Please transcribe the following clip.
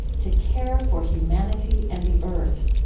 to care for humanity and the earth.